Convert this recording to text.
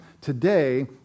Today